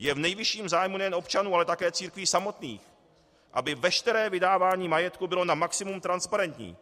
Je v nejvyšším zájmu nejen občanů, ale také církví samotných, aby veškeré vydávání majetku bylo na maximum transparentní.